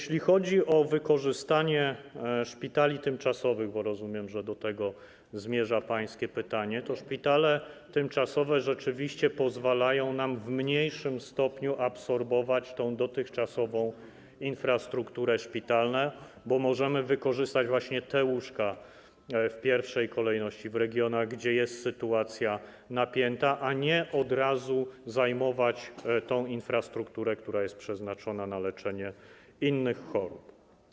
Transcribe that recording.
Jeśli chodzi o wykorzystanie szpitali tymczasowych, bo rozumiem, że do tego zmierza pańskie pytanie, to szpitale tymczasowe rzeczywiście pozwalają nam w mniejszym stopniu absorbować tę dotychczasową infrastrukturę szpitalną, bo możemy wykorzystać właśnie te łóżka w pierwszej kolejności w regionach, gdzie sytuacja jest napięta, a nie od razu zajmować tę infrastrukturę, która jest przeznaczona na leczenie innych chorób.